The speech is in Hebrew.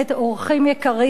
אורחים יקרים,